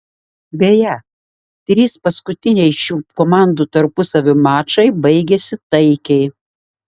beje trys paskutiniai šių komandų tarpusavio mačai baigėsi taikiai